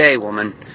woman